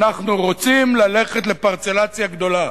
אנחנו רוצים ללכת לפרצלציה גדולה,